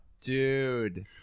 Dude